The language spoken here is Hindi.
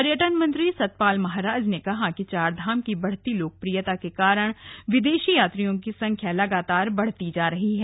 पर्यटन मंत्री सतपाल महाराज ने कहा कि चारधाम की बढ़ती लोकप्रयिता के कारण विदेशी यात्रियों की संख्या लगातार बढ़ती जा रही है